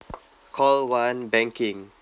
call one banking